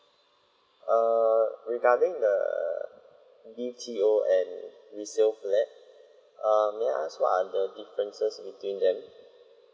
err regarding the B_T_O and resale flat err may I ask what are the differences between them